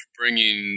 bringing